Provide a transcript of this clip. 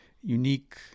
unique